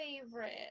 favorite